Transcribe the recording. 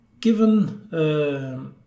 Given